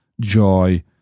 joy